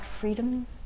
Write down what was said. freedom